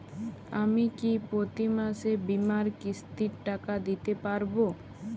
আমি কি প্রতি মাসে বীমার কিস্তির টাকা দিতে পারবো?